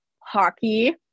Hockey